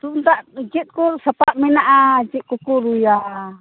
ᱛᱩᱝᱫᱟᱜ ᱪᱮᱫᱠᱚ ᱥᱟᱯᱟᱵ ᱢᱮᱱᱟᱜᱼᱟ ᱪᱮᱫᱠᱚᱠᱚ ᱨᱩᱭᱟ